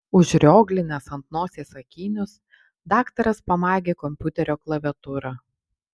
užrioglinęs ant nosies akinius daktaras pamaigė kompiuterio klaviatūrą